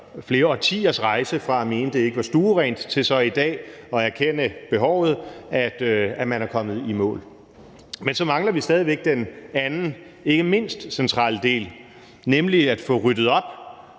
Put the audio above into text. årtier årtiers rejse er gået fra at mene, at det ikke var stuerent, til så i dag at erkende behovet – er kommet i mål med. Men så mangler vi stadig væk den anden og ikke mindst centrale del, nemlig at få ryddet op